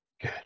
good